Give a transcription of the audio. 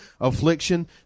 affliction